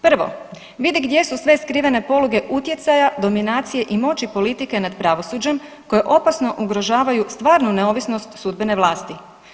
Prvo, vidi gdje su sve skrivene poluge utjecaja, dominacije i moći politike nad pravosuđem koje opasno ugrožavaju stvarnu neovisnost sudbene vlasti.